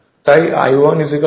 তাই I1 I 0 I2 হয়